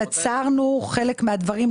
עצרנו חלק מהדברים,